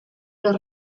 los